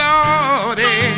Lordy